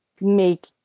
make